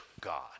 God